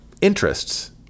interests